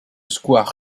square